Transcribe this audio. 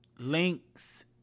links